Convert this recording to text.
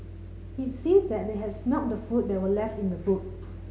it seemed that they had smelt the food that were left in the boot